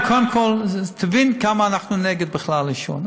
אבל קודם כול תבין כמה אנחנו בכלל נגד עישון.